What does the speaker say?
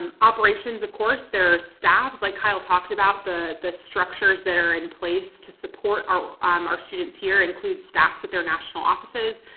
um operations, of course there are staffs like kyle talked about the the structures that are in place to support our um our students here include staffs at their national offices,